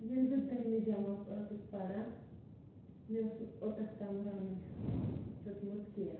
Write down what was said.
ییٚلہِ بہٕ دٔہمہِ جَمٲژ ٲسٕس پَران مےٚ ٲس نہٕ اوٚتَس تام رَنُن ہیوٚتمُت کینٛہہ